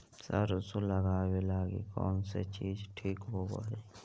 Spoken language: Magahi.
सरसों लगावे लगी कौन से बीज ठीक होव हई?